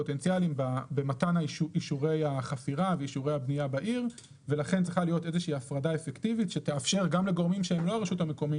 יש בעיה ואנחנו מפקירים את הפריפריה ואת המקומות הקטנים שהם לא כדאיים